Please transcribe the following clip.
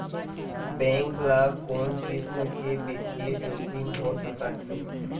Bank ल कोन किसम के बित्तीय जोखिम हो सकत हे?